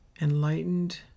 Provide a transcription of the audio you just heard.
enlightened